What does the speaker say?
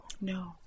No